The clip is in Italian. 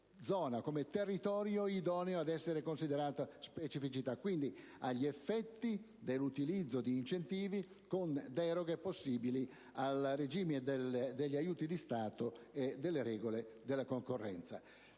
come territorio idoneo ad essere considerato specificità agli effetti dell'utilizzo di incentivi, con deroghe possibili al regime degli aiuti di Stato e delle regole della concorrenza.